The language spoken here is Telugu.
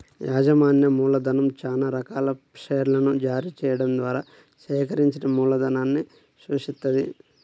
యాజమాన్య మూలధనం చానా రకాల షేర్లను జారీ చెయ్యడం ద్వారా సేకరించిన మూలధనాన్ని సూచిత్తది